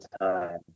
time